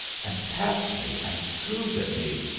and pats me, and coos at me,